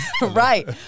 right